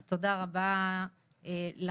אז תודה רבה לכם,